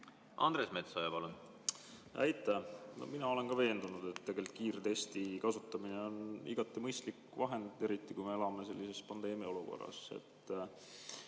Andres Metsoja, palun! Aitäh! Mina olen ka veendunud, et kiirtesti kasutamine on igati mõistlik vahend, eriti kui me elame sellises pandeemiaolukorras.